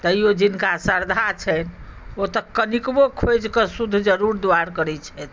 तैयो जिनका श्रद्धा छन्हि ओ तऽ कनिकबो खोजिकऽ शुद्ध जरूर दुआरि करै छथि